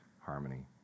harmony